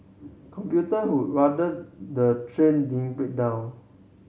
commuter who rather the train didn't break down